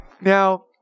Now